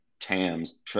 TAMs